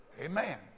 Amen